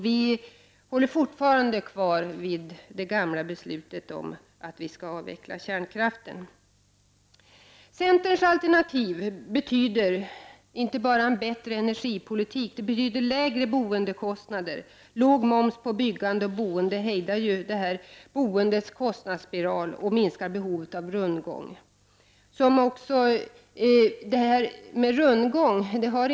Vi står fortfarande kvar vid det gamla beslutet att kärnkraften skall avvecklas. Centerns alternativ betyder inte bara en bättre energipolitik. Det betyder lägre boendekostnader. Låg moms på byggande och boende hejdar ju boendets kostnadsspiral och minskar behovet av rundgång.